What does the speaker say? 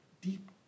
deep